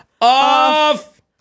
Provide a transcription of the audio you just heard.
Off